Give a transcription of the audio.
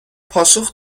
پاسخ